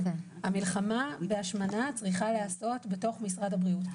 שהמלחמה בהשמנה צריכה להיעשות בתוך משרד הבריאות.